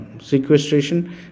sequestration